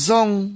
Zong